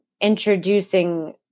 introducing